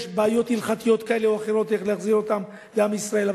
יש בעיות הלכתיות כאלה ואחרות איך להחזיר אותם לעם ישראל,